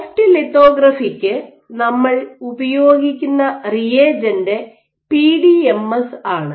soft ലിത്തോഗ്രാഫിക്ക് നമ്മൾ ഉപയോഗിക്കുന്ന റിയേജന്റ് പിഡിഎംഎസ് ആണ്